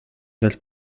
dels